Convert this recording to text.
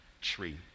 tree